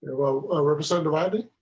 well a recent arrival.